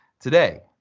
today